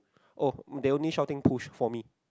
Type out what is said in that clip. oh they only shouting push for me